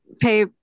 pay